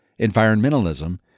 environmentalism